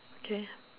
okay